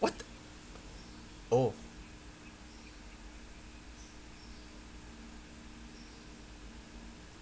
what oh